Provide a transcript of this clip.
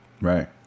Right